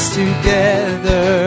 together